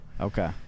Okay